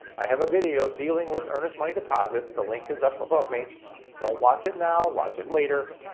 i have a video dealing with earnest money deposit. the link is up above me don't watch it now, watch it later.